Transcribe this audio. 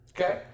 Okay